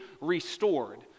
restored